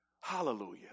Hallelujah